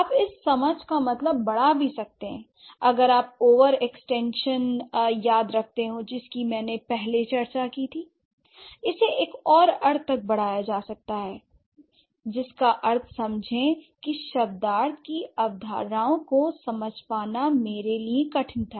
आप इस 'समझ' का मतलब बड़ा भी सकते हैं अगर आपको ओवर एक्सटेंशन याद हो जिसकी मैंने पहले चर्चा की थी l इसे एक और अर्थ तक बढ़ाया जा सकता है जिसका अर्थ समझें कि शब्दार्थ की अवधारणाओं को समझ पाना मेरे लिए कठिन था